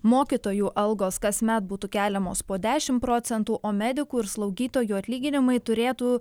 mokytojų algos kasmet būtų keliamos po dešim procentų o medikų ir slaugytojų atlyginimai turėtų